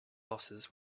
losses